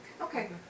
Okay